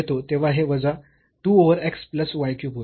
तेव्हा हे वजा 2 over x plus y cube होईल